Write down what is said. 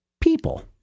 people